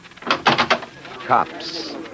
Cops